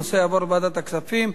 הנושא יעבור לוועדת הכספים.